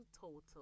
total